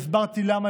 והסברתי למה,